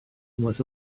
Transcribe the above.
unwaith